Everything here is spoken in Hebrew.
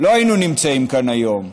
לא היינו נמצאים כאן היום.